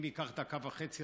אם ייקח דקה וחצי,